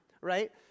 right